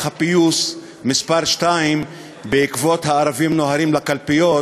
הפיוס מס' 2 בעקבות "הערבים נוהרים לקלפיות",